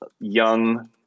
young